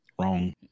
wrong